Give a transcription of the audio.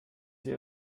sie